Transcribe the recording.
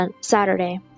Saturday